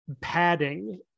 padding